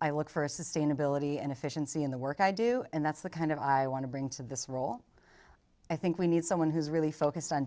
i look for sustainability and efficiency in the work i do and that's the kind of i want to bring to this role i think we need someone who's really focused on